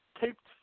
taped